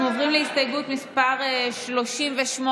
אנחנו עוברים להסתייגות מס' 38,